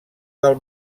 del